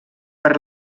per